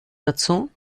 dazu